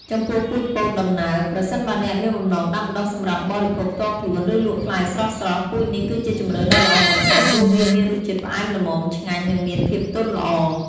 ចំពោះពូជពោតដំណើប ប្រសិនបើអ្នកមានបំណងដាំដុះសម្រាប់បរិភោគផ្ទាល់ខ្លួន ឬលក់ផ្លែស្រស់ៗ ពូជនេះគឺជាជម្រើសដ៏ល្អបំផុត ព្រោះវាមានរសជាតិផ្អែមល្មម ឆ្ងាញ់ និងមានភាពទន់ល្អ។